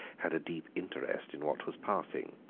had a deep interest in what was passing.